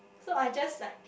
so just like